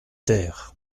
ter